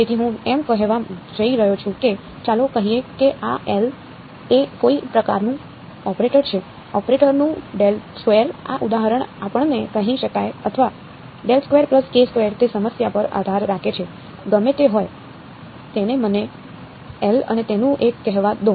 તેથી હું એમ કહેવા જઈ રહ્યો છું કે ચાલો કહીએ કે આ L એ કોઈ પ્રકારનું ઓપરેટર છે ઓપરેટરનું આ ઉદાહરણ આપણને કહી શકાય અથવા તે સમસ્યા પર આધાર રાખે છે ગમે તે હોય તેને મને L અને તેનું એક કહેવા દો